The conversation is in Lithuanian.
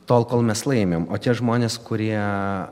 tol kol mes laimim o tie žmonės kurie